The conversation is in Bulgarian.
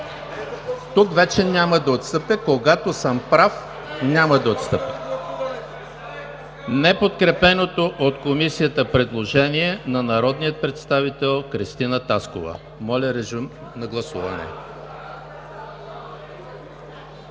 Колеги, няма да отстъпя. Когато съм прав, няма да отстъпя. ...неподкрепеното от Комисията предложение на народния представител Кръстина Таскова. (Шум и реплики.) Гласували